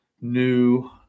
new